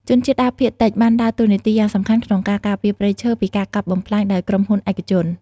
ជនជាតិដើមភាគតិចបានដើរតួនាទីយ៉ាងសំខាន់ក្នុងការ ការពារព្រៃឈើ ពីការកាប់បំផ្លាញដោយក្រុមហ៊ុនឯកជន។